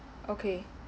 okay